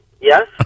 Yes